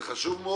זה חשוב מאוד.